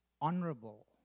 honorable